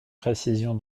précision